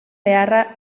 beharra